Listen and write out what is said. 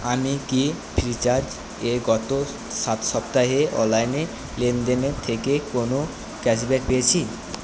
আমি কি ফ্রিচার্জে গত সাত সপ্তাহে অনলাইন লেনদেনের থেকে কোনও ক্যাশব্যাক পেয়েছি